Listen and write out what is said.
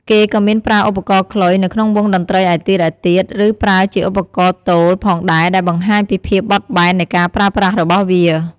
គេក៏មានប្រើឧបករណ៍ខ្លុយនៅក្នុងវង់តន្ត្រីឯទៀតៗ ឬប្រើជាឧបករណ៍ទោលផងដែរដែលបង្ហាញពីភាពបត់បែននៃការប្រើប្រាស់របស់វា។